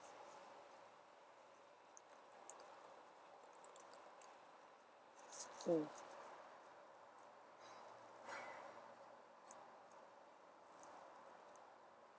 mm